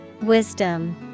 Wisdom